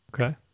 Okay